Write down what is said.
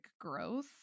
growth